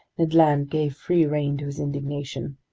ned land gave free rein to his indignation.